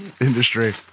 industry